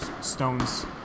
Stone's